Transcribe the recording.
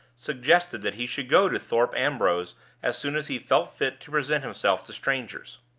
suggested that he should go to thorpe ambrose as soon as he felt fit to present himself to strangers.